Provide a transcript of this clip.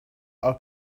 are